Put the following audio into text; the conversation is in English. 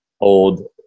old